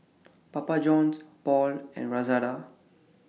Papa Johns Paul and Lazada